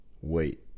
wait